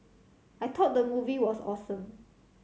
I thought the movie was awesome